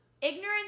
Ignorance